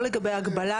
גם נהג שהייתה לו שלילה,